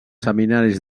seminaris